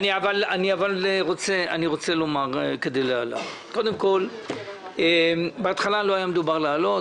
אני רוצה לומר שבהתחלה לא היה מדובר על להעלות,